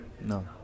No